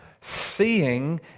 Seeing